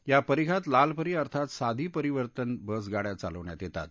या परिघात लालपरी अर्थात साधी परिवर्तन बसगाड्या चालवण्यात येतात